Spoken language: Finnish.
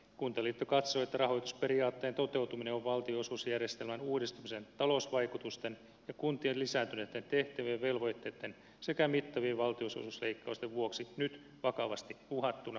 kuntaliitto katsoo että rahoitusperiaatteen toteutuminen on valtionosuusjärjestelmän uudistamisen talousvaikutusten ja kuntien lisääntyneiden tehtävien velvoitteiden sekä mittavien valtionosuusleikkausten vuoksi nyt vakavasti uhattuna